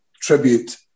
tribute